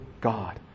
God